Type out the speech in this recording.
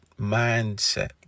mindset